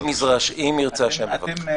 אם ירצה השם.